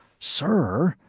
sir,